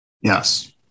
Yes